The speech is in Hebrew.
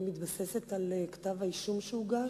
אני מתבססת על כתב האישום שהוגש.